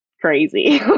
crazy